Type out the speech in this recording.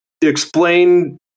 explain